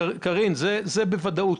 קרין, זה בוודאות.